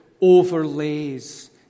overlays